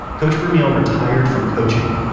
coach vermeil retired from coaching.